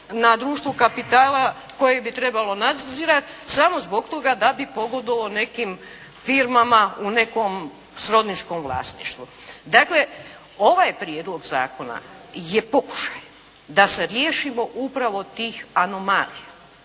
na društvo kapitala koje bi trebalo nadzirat, samo zbog toga da bi pogodovao nekim firmama u nekom srodničkom vlasništvu. Dakle, ovaj prijedlog zakona je pokušaj da se riješimo upravo tih anomalija,